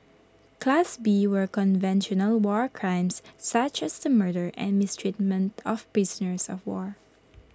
class B were conventional war crimes such as the murder and mistreatment of prisoners of war